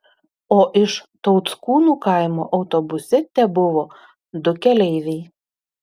o iš tauckūnų kaimo autobuse tebuvo du keleiviai